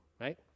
right